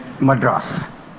Madras